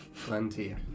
Plenty